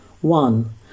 One